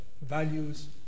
values